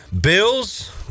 Bills